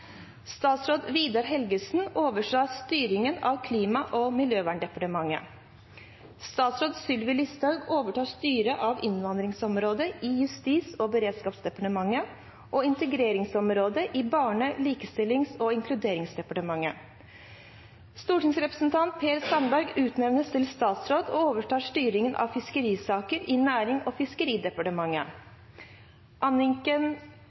Statsråd Vidar Helgesen overtar styret av Klima- og miljødepartementet. 4. Statsråd Sylvi Listhaug overtar styret av innvandringsområdet i Justis- og beredskapsdepartementet og integreringsområdet i Barne-, likestillings- og inkluderingsdepartementet. 5. Stortingsrepresentant Per Sandberg utnevnes til statsråd og overtar styret av fiskerisaker i Nærings- og fiskeridepartementet.